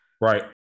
Right